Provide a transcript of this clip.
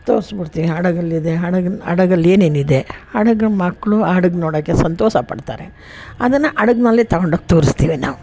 ತೋರಿಸ್ಬಿಡ್ತೀವಿ ಹಡಗೆಲ್ಲಿದೆ ಹಡಗಲ್ಲಿ ಹಡಗಲ್ಲೇನೇನಿದೆ ಹಡಗು ಮಕ್ಕಳು ಹಡ್ಗು ನೋಡೋಕೆ ಸಂತೋಷ ಪಡ್ತಾರೆ ಅದನ್ನು ಹಡಗ್ನಲ್ಲೇ ತೊಗೊಂಡೋಗಿ ತೋರಿಸ್ತೀವಿ ನಾವು